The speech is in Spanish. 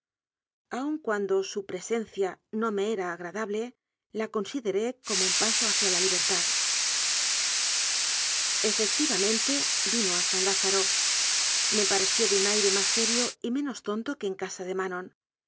aun cuando su presencia no me era agradable la consideré como un paso hacia la libertad efectivamente vino a san lázaro me pareció de un aire más serio y menos tonto que en casa de manon